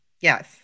Yes